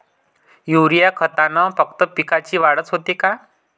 Urea खतानं फक्त पिकाची वाढच होते का?